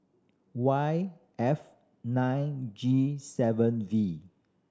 Y F nine G seven V